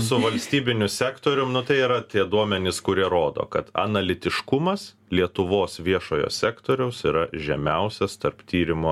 su valstybiniu sektorium nu tai yra tie duomenys kurie rodo kad analitiškumas lietuvos viešojo sektoriaus yra žemiausias tarp tyrimo